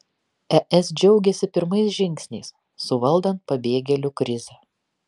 es džiaugiasi pirmais žingsniais suvaldant pabėgėlių krizę